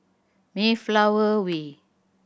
Mayflower Way